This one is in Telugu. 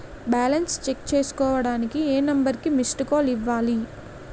బాలన్స్ చెక్ చేసుకోవటానికి ఏ నంబర్ కి మిస్డ్ కాల్ ఇవ్వాలి?